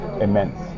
immense